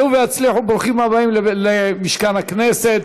עלו והצליחו, ברוכים הבאים למשכן הכנסת.